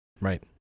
right